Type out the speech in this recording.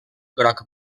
groc